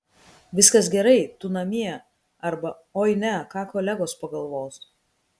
viskas gerai tu namie arba oi ne ką kolegos pagalvos